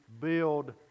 build